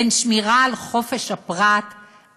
בין שמירה על חופש הפרט,